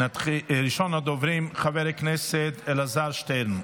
ראשון הדוברים, חבר הכנסת אלעזר שטרן,